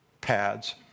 pads